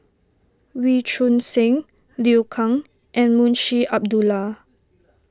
Wee Choon Seng Liu Kang and Munshi Abdullah